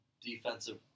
defensive